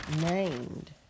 named